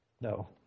No